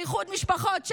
לאיחוד משפחות.